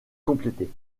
complété